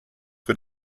für